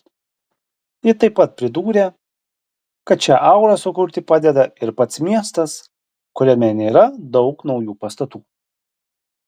ji taip pat pridūrė kad šią aurą sukurti padeda ir pats miestas kuriame nėra daug naujų pastatų